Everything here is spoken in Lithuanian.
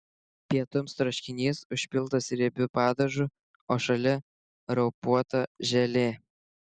pietums troškinys užpiltas riebiu padažu o šalia raupuota želė